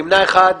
הצבעה בעד,